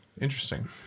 Interesting